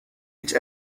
each